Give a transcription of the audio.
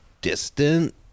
distant